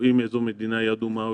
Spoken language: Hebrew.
קובעים בדיוק איזו מדינה היא אדומה או